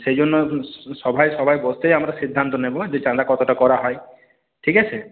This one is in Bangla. সেই জন্য সভায় সবাই বসেই আমরা সিদ্ধান্ত নেবো যে চাঁদা কতটা করা হয় ঠিক আছে